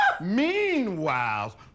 Meanwhile